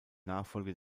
nachfolge